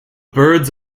birds